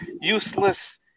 useless